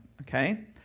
okay